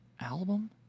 album